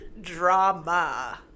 drama